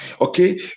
okay